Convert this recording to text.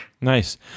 Nice